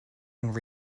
and